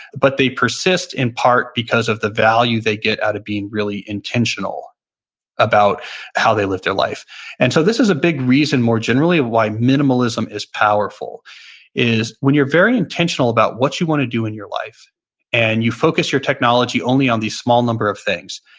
but they persist in part because of the value they get out of being really intentional about how they live their life and so this is a big reason more generally of why minimalism is powerful is when you're very intentional about what you want to do in your life and you focus your technology only on these small number of things,